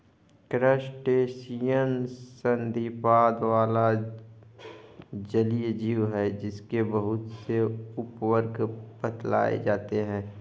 crustacean संधिपाद वाला जलीय जीव है जिसके बहुत से उपवर्ग बतलाए जाते हैं